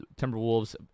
Timberwolves